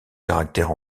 caractère